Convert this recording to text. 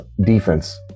defense